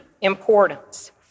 importance